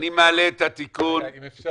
מעלה את תיקון